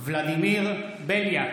ולדימיר בליאק,